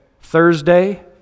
Thursday